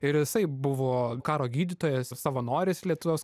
ir jisai buvo karo gydytojas savanoris lietuvos